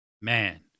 Man